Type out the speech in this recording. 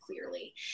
clearly